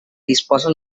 disposa